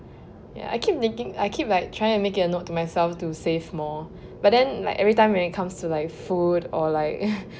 ya I keep thinking I keep like trying to make it a note to myself to save more but then like every time when it comes to like food or like